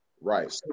Right